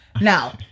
Now